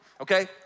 Okay